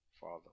Father